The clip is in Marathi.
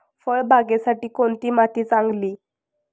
फळबागेसाठी कोणती माती चांगली?